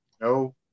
No